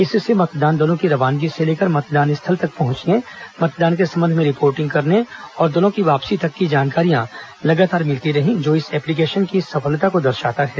इससे मतदान दलों की रवानगी से लेकर मतदान स्थल तक पहुंचने मतदान के संबंध में रिपोर्टिंग करने और दलों की वापसी तक की जानकारियां लगातार मिलती रहीं जो इस एप्लीकेशन की सफलता को दर्शाता है